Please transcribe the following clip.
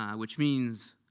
um which means